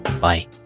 Bye